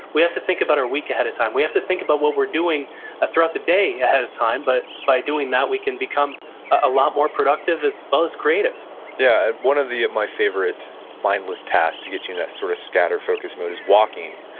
we have to think about our week ahead of time. we have to think about what we're doing throughout the day ahead of time, but by doing that we can become a lot more productive as well as creative yeah one of my favorite mindless tasks to get you into that sort of scatter focus mode is walking.